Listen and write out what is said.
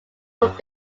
would